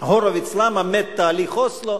הורוביץ על השאלה למה מת תהליך אוסלו,